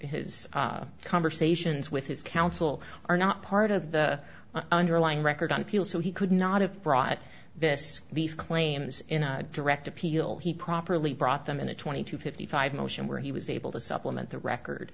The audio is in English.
his his conversations with his counsel are not part of the underlying record on appeal so he could not have brought this these claims in a direct appeal he properly brought them in a twenty to fifty five motion where he was able to supplement the record